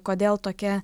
kodėl tokia